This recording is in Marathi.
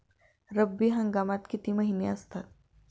रब्बी हंगामात किती महिने असतात?